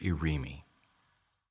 Irimi